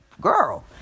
girl